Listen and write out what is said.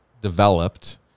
developed